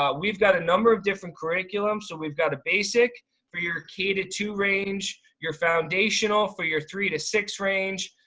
um we've got a number of different curriculums. so we've got a basic for your k to two range, your foundational for your three to six range,